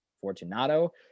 Fortunato